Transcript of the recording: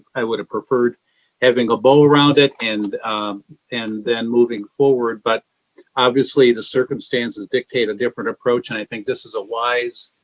i would have preferred having a go around it and and then moving forward, but obviously the circumstances dictate a different approach. and i think this is a wise